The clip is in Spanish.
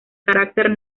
carácter